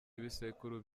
ibisekuru